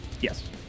yes